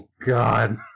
God